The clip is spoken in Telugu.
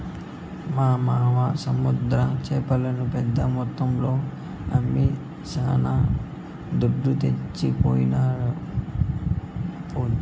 మా మావ సముద్ర చేపల్ని పెద్ద మొత్తంలో అమ్మి శానా దుడ్డు తెచ్చినాడీపొద్దు